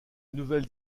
nouvelles